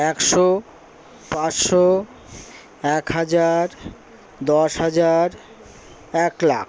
একশো পাঁচশো এক হাজার দশ হাজার এক লাখ